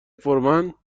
فورمن